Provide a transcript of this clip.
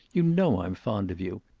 you know i'm fond of you.